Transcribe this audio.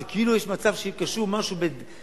זה כאילו יש מצב שקשור ביהדות,